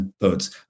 votes